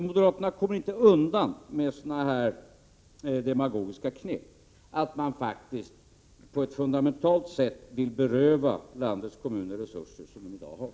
Moderaterna kommer inte med demagogiska knep undan det faktum att de på ett fundamentalt sätt vill beröva landets kommuner resurser som de i dag har.